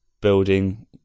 building